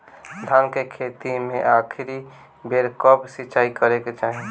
धान के खेती मे आखिरी बेर कब सिचाई करे के चाही?